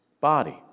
body